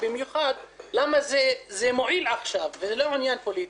במיוחד כי זה מועיל עכשיו וזה לא עניין פוליטי.